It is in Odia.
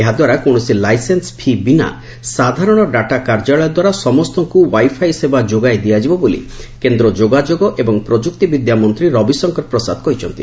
ଏହାଦ୍ୱାରା କୌଣସି ଲାଇସେନ୍ସ ଫି' ବିନା ସାଧାରଣ ଡାଟା କାର୍ଯ୍ୟାଳୟ ଦ୍ୱାରା ସମସ୍ତଙ୍କୁ ଓ୍ବାଇଫାଇ ସେବା ଯୋଗାଇ ଦିଆଯିବ ବୋଲି କେନ୍ଦ୍ର ଯୋଗାଯୋଗ ଏବଂ ପ୍ରଯୁକ୍ତି ବିଦ୍ୟା ମନ୍ତ୍ରୀ ରବିଶଙ୍କର ପ୍ରସାଦ କହିଛନ୍ତି